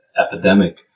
epidemic